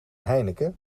heineken